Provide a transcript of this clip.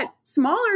smaller